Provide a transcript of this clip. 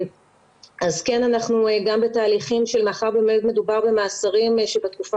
אנחנו גם בתהליכים שמאחר ובאמת מדובר במאסרים שבתקופה